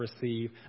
receive